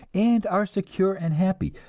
and are secure and happy.